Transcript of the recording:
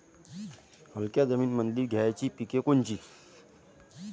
हलक्या जमीनीमंदी घ्यायची पिके कोनची?